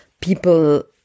people